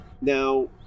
Now